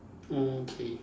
oh okay